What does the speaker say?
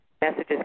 messages